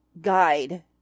guide